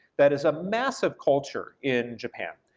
that is a massive culture in japan.